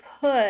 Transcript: put